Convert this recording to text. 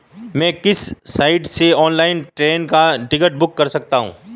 मैं किस साइट से ऑनलाइन ट्रेन का टिकट बुक कर सकता हूँ?